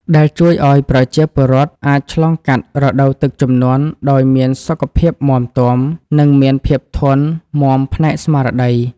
ដែលជួយឱ្យប្រជាពលរដ្ឋអាចឆ្លងកាត់រដូវទឹកជំនន់ដោយមានសុខភាពមាំទាំ និងមានភាពធន់មាំផ្នែកស្មារតី។